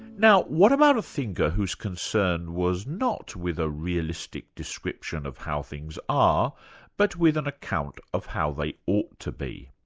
now what about a thinker whose concern was not with a realistic description of how things are but with an account of how they ought to be?